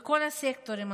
בכל הסקטורים,